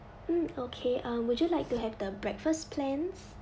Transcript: mm okay uh would you like to have the breakfast plans